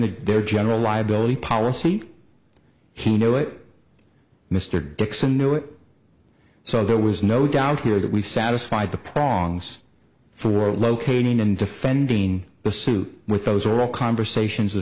their general liability policy he knew it mr dixon knew it so there was no doubt here that we satisfied the prongs for locating and defending the suit with those are all conversations that